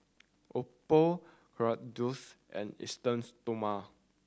Oppo Kordel's and Esteem Stoma